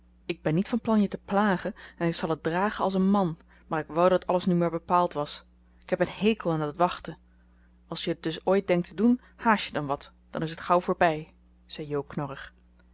ik ben niet van plan je te plagen en ik zal het dragen als een man maar ik wou dat alles nu maar bepaald was k heb een hekel aan dat wachten als je het dus ooit denkt te doen haast je dan wat dan is het gauw voorbij zei jo knorrig